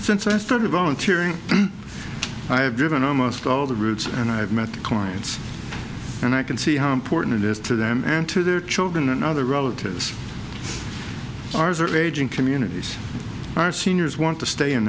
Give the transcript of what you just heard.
since i started volunteering i have driven almost all the routes and i've met clients and i can see how important it is to them and to their children and other relatives ours are ageing communities our seniors want to stay in